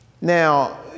Now